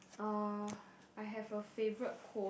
uh I have a favorite quote